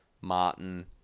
Martin